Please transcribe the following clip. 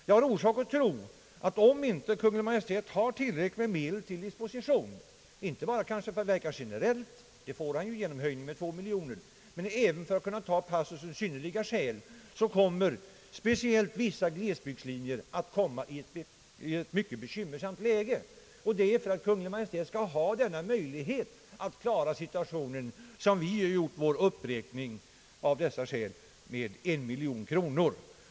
Jag har anledning att tro att om Kungl. Maj:t inte har tillräckligt med medel till disposition, inte bara för att verka generellt — det får man genom höjningen med 2 miljoner — utan även för att kunna ta hänsyn till passusen »synnerliga skäl», så kommer speciellt vissa glesbygder i ett mycket bekymmersamt läge. Det är för att Kungl. Maj:t skall ha denna möjlighet att klara situationen, som vi har föreslagit en uppräkning med 1 miljon kronor.